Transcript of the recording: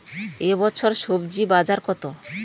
এ বছর স্বজি বাজার কত?